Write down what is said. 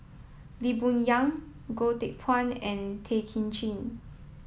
Lee Boon Yang Goh Teck Phuan and Tay Kay Chin